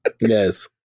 Yes